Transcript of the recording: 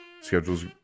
Schedule's